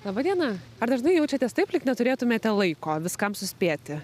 laba diena ar dažnai jaučiatės taip lyg neturėtumėte laiko viskam suspėti